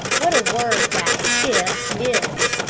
what a word that if is!